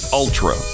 ultra